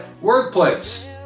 workplace